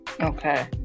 okay